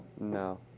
No